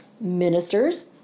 ministers